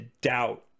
doubt